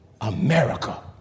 America